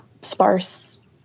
sparse